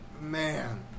man